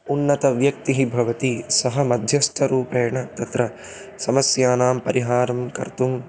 उन्नतव्यक्तिः भवति सः मध्यस्थरूपेण तत्र समस्यानां परिहारं कर्तुं